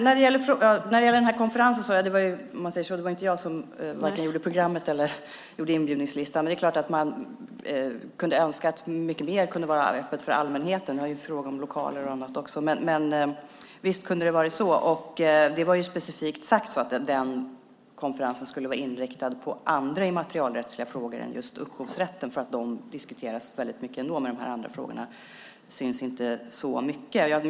Herr talman! När det gäller konferensen var det inte jag som gjorde vare sig programmet eller inbjudningslistan. Men det är klart att man kunde önska att mycket mer kunde vara öppet för allmänheten. Det är en fråga om lokaler och annat också. Visst kunde det ha varit så. Det var sagt specifikt att den konferensen skulle vara inriktad på andra immaterialrättsliga frågor än just upphovsrätten, för den diskuteras mycket ändå. De andra frågorna syns inte så mycket.